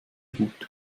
gut